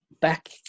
back